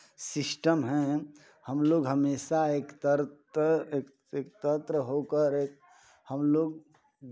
system है हमलोग हमेशा एकत्र एक एकत्र होकर हमलोग